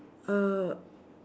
uh